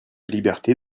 liberté